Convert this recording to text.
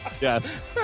Yes